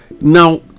now